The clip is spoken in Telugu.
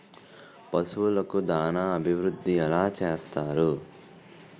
పశువులకు దాన అభివృద్ధి ఎలా చేస్తారు?